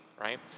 right